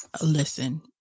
listen